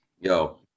Yo